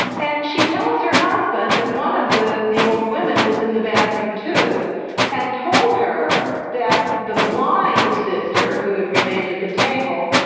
and she tells her husband that one of the the old women was in the bathroom too and told her that the blind sister, who had remained at the table,